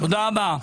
תודה רבה.